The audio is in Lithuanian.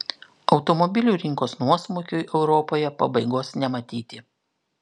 automobilių rinkos nuosmukiui europoje pabaigos nematyti